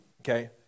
okay